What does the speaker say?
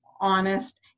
honest